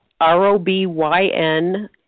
R-O-B-Y-N